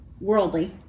Worldly